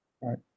Right